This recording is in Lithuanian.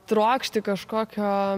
trokšti kažkokio